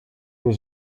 was